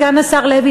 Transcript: סגן השר לוי,